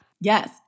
Yes